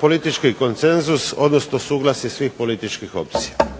politički konsenzus, odnosno suglasje svih političkih opcija.